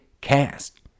cast